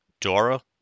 Dora